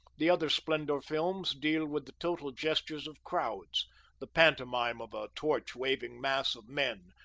the other splendor films deal with the total gestures of crowds the pantomime of a torch-waving mass of men,